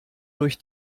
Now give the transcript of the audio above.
durch